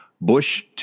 Bush